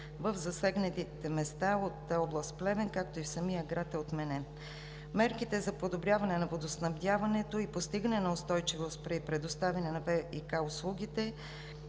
населени места от област Плевен, както и в самия град, е отменен. Мерките за подобряване на водоснабдяването и постигане на устойчивост при предоставяне на ВиК услугите